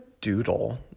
doodle